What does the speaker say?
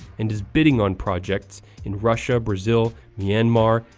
and is bidding on projects in russia, brazil, myanmar,